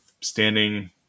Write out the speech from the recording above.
standing –